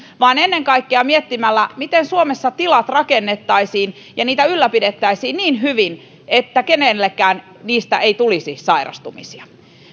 vaan ennen kaikkea miettimällä miten suomessa tilat rakennettaisiin ja niitä ylläpidettäisiin niin hyvin että kenellekään niistä ei tulisi sairastumisia